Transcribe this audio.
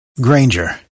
Granger